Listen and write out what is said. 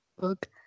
book